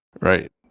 right